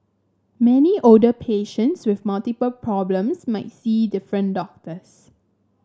many older patients with multiple problems might see different doctors